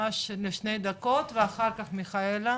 ממש לשני דקות ואחר כך מיכאלה,